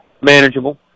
Manageable